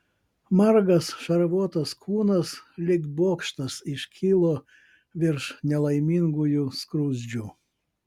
margas šarvuotas kūnas lyg bokštas iškilo virš nelaimingųjų skruzdžių